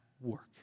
work